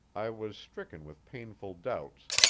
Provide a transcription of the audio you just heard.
i was stricken with painful doubts,